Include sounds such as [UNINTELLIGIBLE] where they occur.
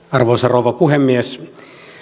[UNINTELLIGIBLE] arvoisa rouva puhemies